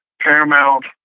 Paramount